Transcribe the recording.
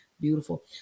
beautiful